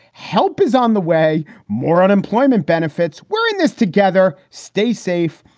help is on the way. more unemployment benefits. we're in this together. stay safe.